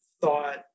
thought